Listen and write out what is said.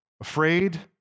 afraid